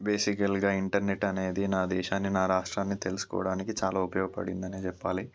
బేసికల్గా ఇంటర్నెట్ అనేది నా దేశాన్ని నా రాష్ట్రాన్ని తెలుసుకోవడానికి చాలా ఉపయోగపడింది అనే చెప్పాలి